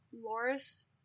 Loris